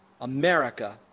America